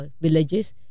villages